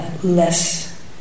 less